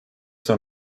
son